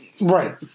Right